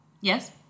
Yes